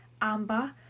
amber